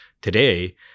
today